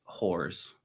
whores